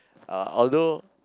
uh although